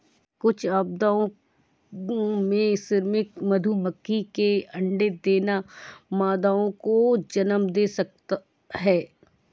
कुछ अपवादों में, श्रमिक मधुमक्खी के अंडे देना मादाओं को जन्म दे सकता है